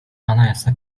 anayasa